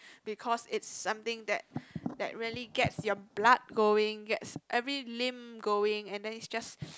because it's something that that really gets your blood going gets every limb going and then it just